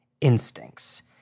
instincts